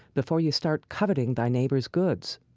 before you start coveting thy neighbor's goods.